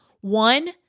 One